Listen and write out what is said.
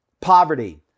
poverty